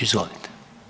Izvolite.